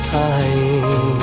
time